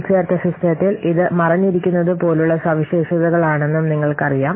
ഉൾച്ചേർത്ത സിസ്റ്റത്തിൽ ഇത് മറഞ്ഞിരിക്കുന്നതുപോലുള്ള സവിശേഷതകളാണെന്നും നിങ്ങൾക്കറിയാം